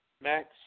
Max